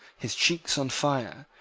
his cheeks on fire,